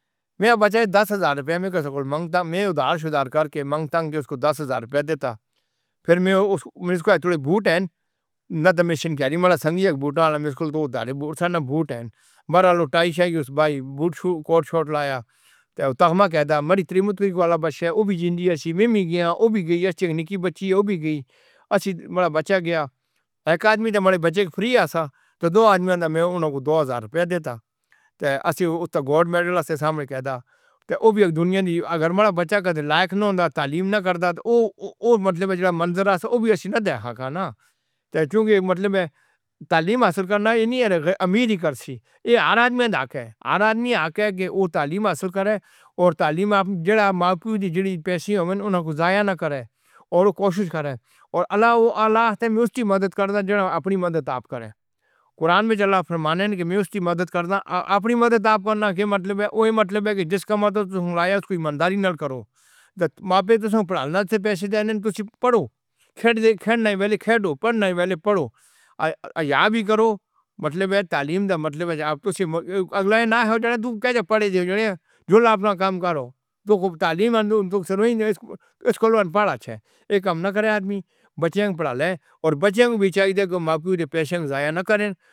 میں بچا دس ہزار روپے وچّوں منگدا، میں اُودھار صفا کر کے منگ تانگ اُس نوں دس ہزار روپے دیندا۔ پھر میں اُس دے بوٹ ہنڈ نہ تاں مشن دا بھوٹا والا مشکل بوہت سارے بوٹ ہن۔ میرا لٹا بھائی بوٹ کوٹ شوٹ لیایا۔ تے جد تک میں آکھدا میری تری مورتی والا بچہ وی زندہ اے۔ میں وی گیا۔ اوہ وی گئی۔ چنگی نکّی بچی وی گئی۔ ایسے ہی بچا گیا۔ اک آدمی سی بچے دا۔ فری ہا سا۔ تاں دو آدمی ہن نا، میں اُنہاں نوں دو ہزار روپے دیندا۔ اسی گولڈ میڈل دے سامنے آکھدا اے اوہ وی دنیا دی اگر بچے دے لائق نہ ہوندا، تعلیم نہ کردا۔ تاں اوہ مطلب منظر اے اوہ وی ایسے نہ دیکھا نہ۔ چونکہ مطلب اے تعلیم حاصل کرنا ایہ نئیں کہ امیر ہی کر سکدے۔ ایہ ہر آدمی دا اے، ہر آدمی دا اے کہ اوہ تعلیم حاصل کرے تے تعلیم جو ماں دے پیسے ہون گے اُنہاں نوں ضائع نہ کرے تے کوشش کرے تے اللہ اوہ اللہ اُس دی مدد کر دینا اپنی مدد آپ کرن۔ قرآن وچ جلّ شانہ فرمان دے میں اُس دی مدد کرنا اپنی مدد آپ کرنا۔ ایس دے مطلب اے اوہ مطلب اے کہ جس دا مطلب رعایت کوئی ایمانداری نال کرو۔ تاں معافی تُس پیسے دینے تُسی پڑھو، کھیل کھیڈݨ والے کھیڈو پڑھݨ والے پڑھو۔ عربی کرو مطلب اے تعلیم دا مطلب اے۔ ہݨ تُسی نہ ہو تو پڑھ جو اپݨا کم کرو۔ تاں خُوب تعلیم سکول پڑھا اے۔ اک ہاں آدمی بچے پڑھا لا تے بچے دے وی چاہیدا کہ ماں باپ دے پیسے دا خرچ نہ کرے۔